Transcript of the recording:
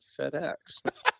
FedEx